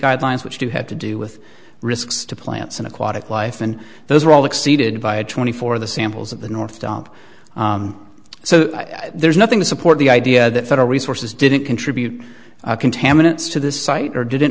guidelines which do have to do with risks to plants and aquatic life and those are all exceeded by a twenty four of the samples of the north dump so there's nothing to support the idea that federal resources didn't contribute contaminants to this site or didn't